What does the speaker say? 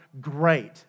great